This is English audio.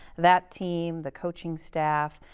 that team, the coaching staff,